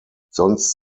sonst